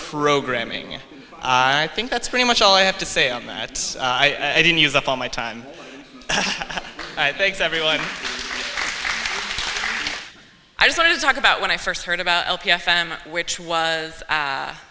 programming i think that's pretty much all i have to say on that i didn't use up all my time thanks everyone i just wanted to talk about when i first heard about famine which was